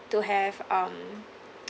to have um